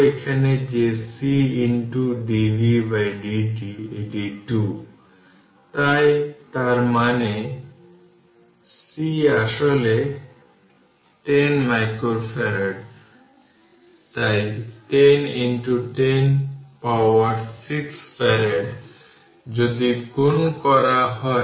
এখন এখানে ভোল্টেজ খুঁজে বের করার জিনিস এখন সুইচ বন্ধ করার পরে ভোল্টেজ এবং স্টোরড এনার্জি খুঁজে বের করার জন্য এই ফ্যাক্টটি ব্যবহার করুন যে সুইচটি বন্ধ হয়ে গেলে উপরের প্লেটের মোট চার্জ পরিবর্তন করতে পারে না এই ফ্যাক্টটি ব্যবহার করতে হবে